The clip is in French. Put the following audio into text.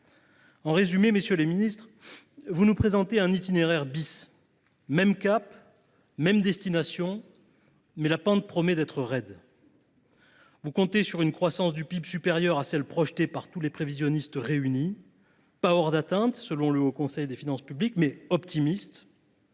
En résumé, messieurs les ministres, vous nous présentez un itinéraire : même cap, même destination, mais la pente promet d’être raide. Vous comptez sur une croissance du PIB supérieure à celle que projettent tous les prévisionnistes réunis. Cette ambition n’est pas hors d’atteinte, selon le Haut Conseil des finances publiques, mais elle est